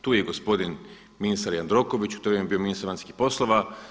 Tu je i gospodin ministar Jandroković, u to vrijeme je bio ministar vanjskih poslova.